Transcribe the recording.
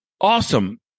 awesome